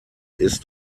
ist